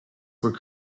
were